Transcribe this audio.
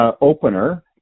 opener